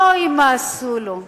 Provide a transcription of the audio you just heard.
אוי, מה עשו לו,